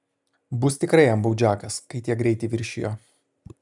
bus tikrai jam baudžiakas kai tiek greitį viršijo